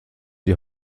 die